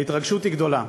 ההתרגשות היא גדולה.